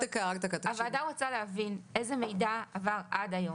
הוועדה רוצה להבין: איזה מידע עבר עד היום?